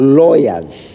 lawyers